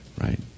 right